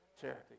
Charity